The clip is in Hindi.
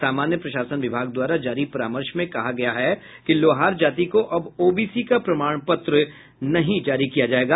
सामान्य प्रशासन विभाग द्वारा जारी परामर्श में कहा गया है कि लौहार जाति को अब ओबीसी का प्रमाण पत्र नहीं जारी किया जायेगा